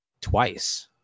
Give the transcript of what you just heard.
twice